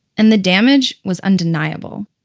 and the damage was undeniable.